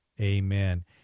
Amen